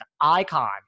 icon